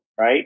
right